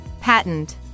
Patent